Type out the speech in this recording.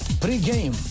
Pre-game